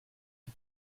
qui